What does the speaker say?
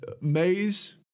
maze